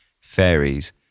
fairies